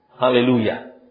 Hallelujah